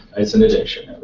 it's an addiction,